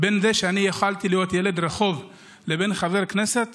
בין זה שיכולתי להיות ילד רחוב או חבר כנסת